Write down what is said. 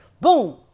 Boom